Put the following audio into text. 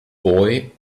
boy